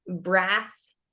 brass